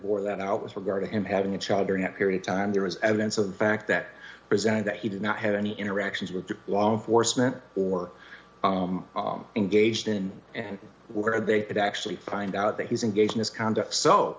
bore that out with regard to him having a child during that period of time there was evidence of the fact that presented that he did not have any interactions with the law enforcement or engaged in and were they could actually find out that he's engaged in his conduct so